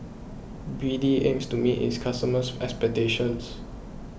B D aims to meet its customers' expectations